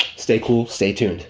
stay cool, stay tuned.